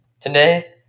Today